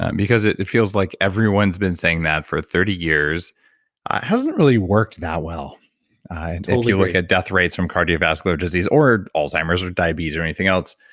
and because it it feels like everyone's been saying that for thirty years. it hasn't really worked that well look at death rates from cardiovascular disease or alzheimer's or diabetes or anything else.